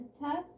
tough